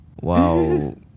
wow